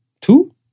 two